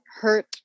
hurt